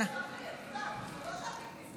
אבל הוא יישפט באזרחי,